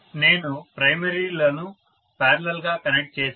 నేను ప్రైమరీలను పారలల్ గా కనెక్ట్ చేసాను